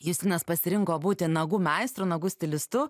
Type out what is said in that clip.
justinas pasirinko būti nagų meistru nagų stilistu